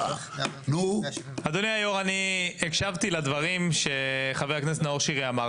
כן, אני גם אישית הצעתי לה אותה.